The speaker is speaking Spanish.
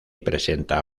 presenta